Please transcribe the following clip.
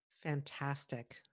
Fantastic